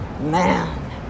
Man